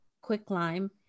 quicklime